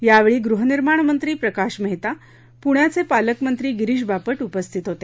यावेळी गृहनिर्माण मंत्री प्रकाश मेहता पुण्याचे पालकमंत्री गिरीष बापट उपस्थित होते